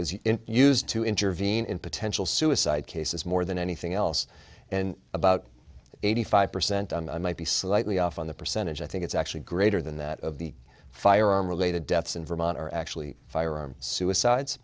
was used to intervene in potential suicide he says more than anything else and about eighty five percent and i might be slightly off on the percentage i think it's actually greater than that of the firearm related deaths in vermont are actually firearm suicides